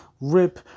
Rip